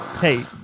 Hey